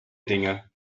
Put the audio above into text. dinge